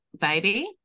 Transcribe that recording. baby